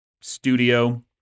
studio